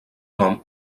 nom